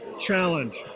challenge